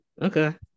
okay